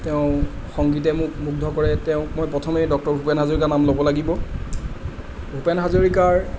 তেওঁৰ সংগীতে মোক মুগ্ধ কৰে তেওঁক মই প্ৰথমে ডক্তৰ ভূপেন হাজৰিকাৰ নাম ল'ব লাগিব ভূপেন হাজৰিকাৰ